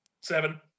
Seven